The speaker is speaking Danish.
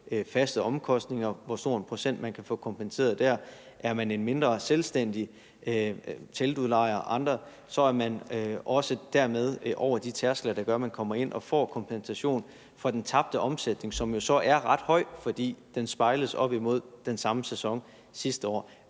faste omkostninger, altså hvor stor en procent man kan få kompenseret der. Er man en mindre selvstændig erhvervsdrivende, teltudlejer og andet, er man også dermed over de tærskler, der gør, at man kommer ind og får kompensation for den tabte omsætning, som jo så er ret høj, fordi den spejles op imod den samme sæson sidste år.